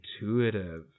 Intuitive